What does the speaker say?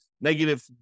negative